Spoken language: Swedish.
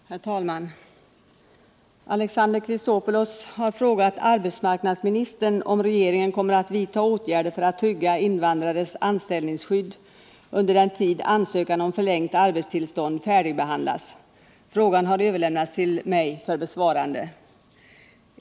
Herr talman! Alexander Chrisopoulos har frågat arbetsmarknadsministern om regeringen kommer att vidta åtgärder för att trygga invandrares anställningsskydd under den tid ansökan om förlängt arbetstillstånd färdigbehandlas. Frågan har överlämnats till mig för besvarande.